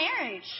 marriage